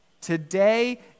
Today